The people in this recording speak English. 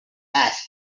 asked